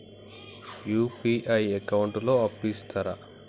UPI account లో అప్పు ఇస్తరా?